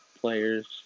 players